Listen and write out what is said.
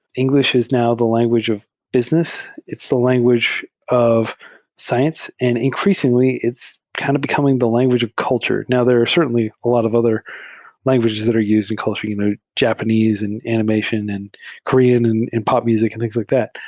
engl ish is now the language of business. it's the language of science, and increasingly it's kind of becoming the language of culture. now, there are certainly a lot of other languages that are used in culture, you know japanese and animation and korean in in pop mus ic and things like that.